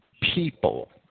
people